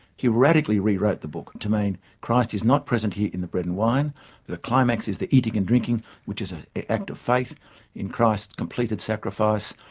he radically rewrote the book to mean christ is not present here in the bread and wine the climax is the eating and drinking which is an act of faith in christ's completed sacrifice.